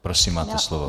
Prosím, máte slovo.